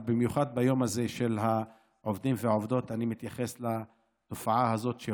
במיוחד ביום הזה של העובדים והעובדות אני מתייחס לתופעה הזאת.